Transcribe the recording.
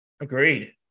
Agreed